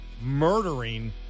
murdering